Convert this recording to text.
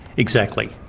exactly.